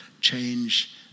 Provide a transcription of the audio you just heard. change